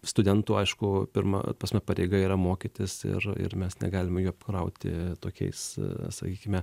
studentų aišku pirma pareiga yra mokytis ir ir mes negalime jų apkrauti tokiais sakykime